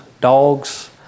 dogs